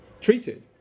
treated